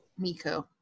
miku